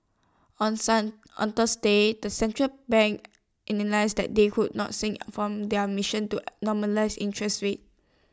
on son on Thursday the central banks that they could not shirk from their missions to normalise interest rates